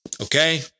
okay